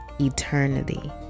eternity